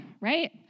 right